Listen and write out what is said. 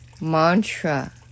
mantra